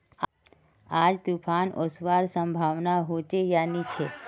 आज तूफ़ान ओसवार संभावना होचे या नी छे?